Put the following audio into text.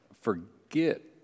forget